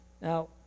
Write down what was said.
Now